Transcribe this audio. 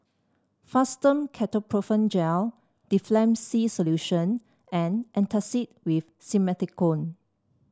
Fastum Ketoprofen Gel Difflam C Solution and Antacid with Simethicone